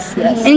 yes